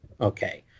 okay